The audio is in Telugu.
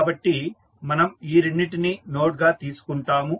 కాబట్టి మనం ఈ రెండింటినీ నోడ్ గా తీసుకుంటాము